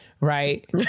Right